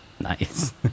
Nice